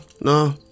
no